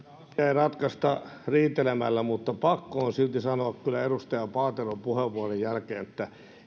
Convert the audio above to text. ratkaista riitelemällä mutta pakko on silti sanoa edustaja paateron puheenvuoron jälkeen että